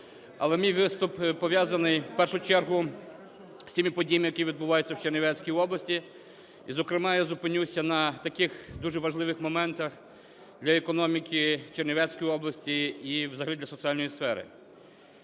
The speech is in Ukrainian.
Але мій виступ пов'язаний, в першу чергу, з тими подіями, які відбуваються в Чернівецькій області. І, зокрема, я зупинюся на таких дуже важливих моментах для економіки Чернівецької області і взагалі для соціальної сфери.